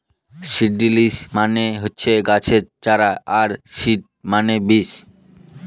seedlings মানে হচ্ছে গাছের চারা আর সিড মানে বীজ